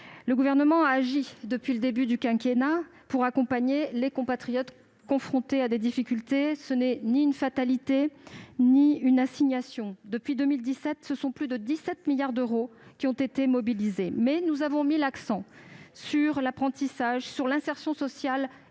Le Gouvernement a agi depuis le début du quinquennat pour accompagner nos compatriotes confrontés à des difficultés : ce n'est ni une fatalité ni une assignation. Depuis 2017, plus de 17 milliards d'euros ont été mobilisés. Nous avons mis l'accent sur l'apprentissage, l'insertion sociale